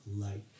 light